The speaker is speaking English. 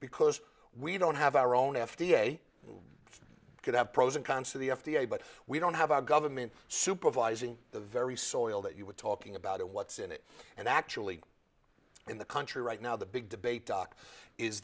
because we don't have our own f d a you could have pros and cons to the f d a but we don't have a government supervising the very soul that you were talking about what's in it and actually in the country right now the big debate doc is